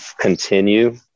continue